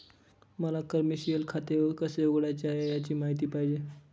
मला कमर्शिअल खाते कसे उघडायचे याची माहिती पाहिजे